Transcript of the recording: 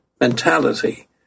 mentality